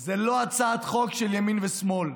היא לא הצעת חוק של ימין ושמאל,